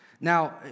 Now